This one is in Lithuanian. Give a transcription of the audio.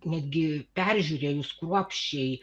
netgi peržiūrėjus kruopščiai